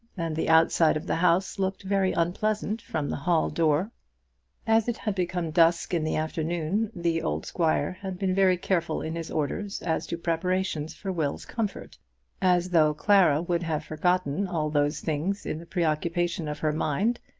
and the outside of the house looked very unpleasant from the hall-door. as it had become dusk in the afternoon, the old squire had been very careful in his orders as to preparations for will's comfort as though clara would have forgotten all those things in the preoccupation of her mind,